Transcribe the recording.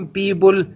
people